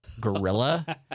gorilla